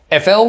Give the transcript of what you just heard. FL